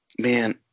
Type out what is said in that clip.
man